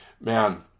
man